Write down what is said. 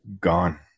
gone